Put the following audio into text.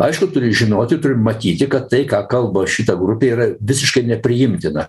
aišku turi žinoti turi matyti kad tai ką kalba šita grupė yra visiškai nepriimtina